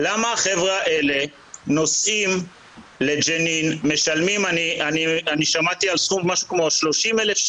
למרות ששם לומדים ארבע שנים ואילו בארץ לומדים שלוש שנים.